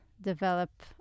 develop